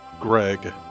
Greg